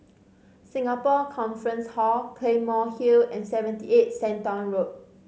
Singapore Conference Hall Claymore Hill and Seventy Eight Shenton Way